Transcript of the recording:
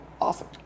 awesome